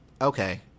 Okay